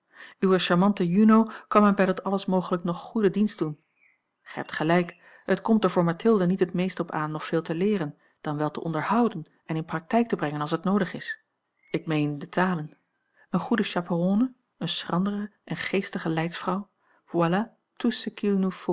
uwe charmante juno kan mij bij dat alles mogelijk nog goeden dienst doen gij hebt gelijk het komt er voor mathilde niet het meest op aan nog veel te leeren dan wel te onderhouden en in praktijk te brengen als het noodig is ik meen de talen eene goede chaperonne eene schrandere en geestige leidsvrouw voilà